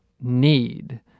need